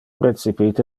recipite